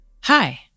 Hi